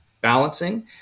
balancing